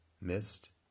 missed